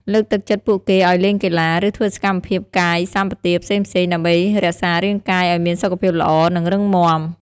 លើកទឹកចិត្តពួកគេឲ្យលេងកីឡា ឬធ្វើសកម្មភាពកាយសម្បទាផ្សេងៗ ដើម្បីរក្សារាងកាយឲ្យមានសុខភាពល្អ និងរឹងមាំ។